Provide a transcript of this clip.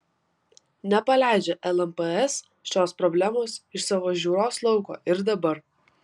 nepaleidžia lmps šios problemos iš savo žiūros lauko ir dabar